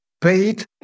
paid